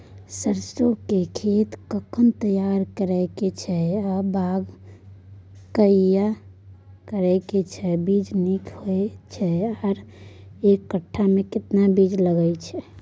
सरसो के खेत कखन तैयार करै के छै आ बाग कहिया करबै, केना बीज नीक होय छै आर एक कट्ठा मे केतना बीया लागतै?